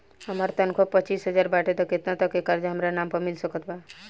हमार तनख़ाह पच्चिस हज़ार बाटे त केतना तक के कर्जा हमरा नाम पर मिल सकत बा?